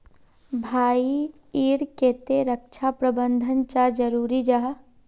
भाई ईर केते रक्षा प्रबंधन चाँ जरूरी जाहा?